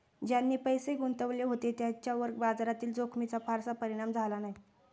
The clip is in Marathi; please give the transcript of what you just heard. ज्यांनी पैसे गुंतवले होते त्यांच्यावर बाजारातील जोखमीचा फारसा परिणाम झाला नाही